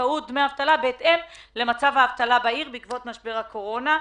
הזכאות לדמי אבטלה בהתאם למצב האבטלה בעיר בעקבות משבר הקורונה.